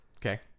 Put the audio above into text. Okay